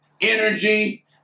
energy